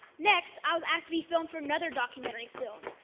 next, i was asked to be filmed for another documentary film.